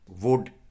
wood